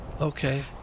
Okay